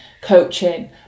coaching